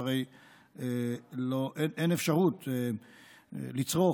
שהרי אין אפשרות לצרוך,